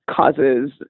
causes